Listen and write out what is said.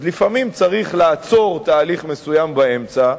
לפעמים צריך לעצור תהליך מסוים באמצע,